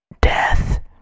Death